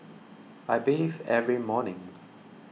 I bathe every morning